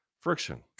Friction